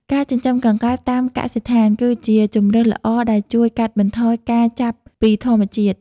ការចិញ្ចឹមកង្កែបតាមកសិដ្ឋាន គឺជាជម្រើសល្អដែលជួយកាត់បន្ថយការចាប់ពីធម្មជាតិ។